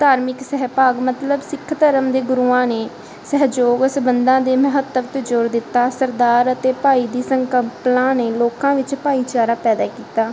ਧਾਰਮਿਕ ਸਹਿਭਾਗ ਮਤਲਬ ਸਿੱਖ ਧਰਮ ਦੇ ਗੁਰੂਆਂ ਨੇ ਸਹਿਯੋਗ ਸੰਬੰਧਾਂ ਦੇ ਮਹੱਤਵ 'ਤੇ ਜੋਰ ਦਿੱਤਾ ਸਰਦਾਰ ਅਤੇ ਭਾਈ ਦੀ ਸੰਕਲਪਨਾ ਨੇ ਲੋਕਾਂ ਵਿੱਚ ਭਾਈਚਾਰਾ ਪੈਦਾ ਕੀਤਾ